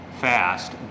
fast